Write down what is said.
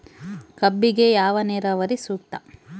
ಕಬ್ಬಿಗೆ ಯಾವ ನೇರಾವರಿ ಸೂಕ್ತ?